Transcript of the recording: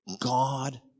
God